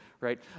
right